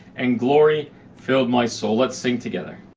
and glory filled my soul. let's sing together.